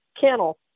kennel